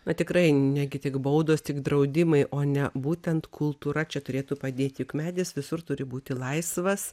na tikrai negi tik baudos tik draudimai o ne būtent kultūra čia turėtų padėti juk medis visur turi būti laisvas